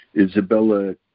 Isabella